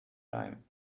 time